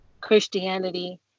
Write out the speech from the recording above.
Christianity